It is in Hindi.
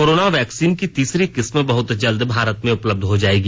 कोरोना वैक्सीन की तीसरी किस्म बहुत जल्द भारत में उपलब्ध हो जाएगी